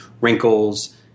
wrinkles